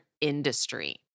industry